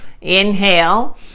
inhale